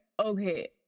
okay